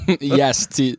Yes